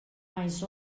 mais